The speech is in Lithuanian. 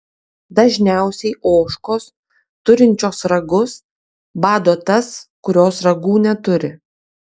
dažniausiai ožkos turinčios ragus bado tas kurios ragų neturi